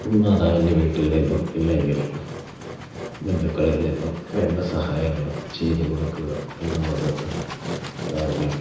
മാതാവിൻ്റെ വീട്ടിൽ നിന്ന് ഇല്ലെങ്കിൽ ബന്ധുക്കളിൽ നിന്നും വേണ്ട സഹായങ്ങൾ ചെയ്തു കൊടുക്കുക എന്നുള്ളത് നോർമൽ